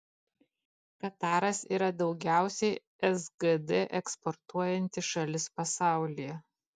kataras yra daugiausiai sgd eksportuojanti šalis pasaulyje